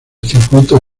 circuito